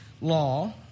law